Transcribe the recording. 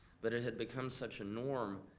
but it had become such a norm,